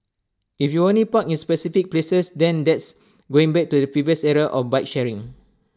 if you only park in specific places then that's going back to the previous era of bike sharing